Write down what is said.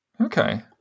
Okay